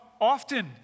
often